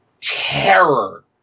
terror